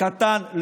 קטן,